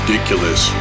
Ridiculous